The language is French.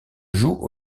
jouent